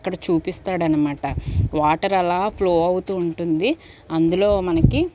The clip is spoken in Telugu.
అక్కడ చూపిస్తాడనమాట వాటర్ అలా ఫ్లో అవుతూ ఉంటుంది అందులో మనకి